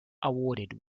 awarded